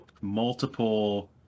multiple